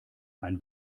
ein